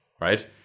right